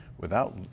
without